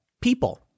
people